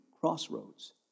crossroads